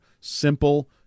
simple